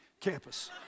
campus